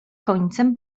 końcem